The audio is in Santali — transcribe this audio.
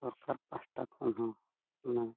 ᱥᱚᱨᱠᱟᱨ ᱯᱟᱦᱟᱴᱟ ᱠᱷᱚᱱ ᱦᱚᱸ ᱚᱱᱟ